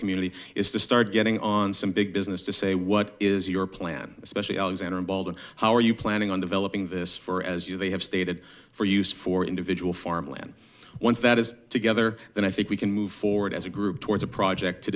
community is to start getting on some big business to say what is your plan especially alexander bald how are you planning on developing this for as you they have stated for use for individual farmland once that is together then i think we can move forward as a group towards a project to